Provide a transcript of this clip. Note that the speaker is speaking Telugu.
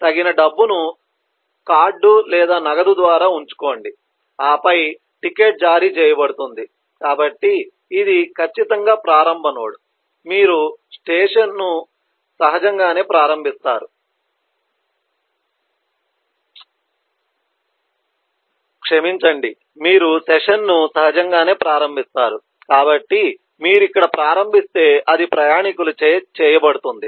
ఆపై తగిన డబ్బును కార్డు లేదా నగదు ద్వారా ఉంచుకోండి ఆపై టికెట్ జారీ చేయబడుతుంది కాబట్టి ఇది ఖచ్చితంగా ప్రారంభ నోడ్ మీరు సెషన్ను సహజంగానే ప్రారంభిస్తారు కాబట్టి మీరు ఇక్కడ ప్రారంభిస్తే అది ప్రయాణికులచే చేయబడుతుంది